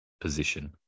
position